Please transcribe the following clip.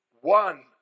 one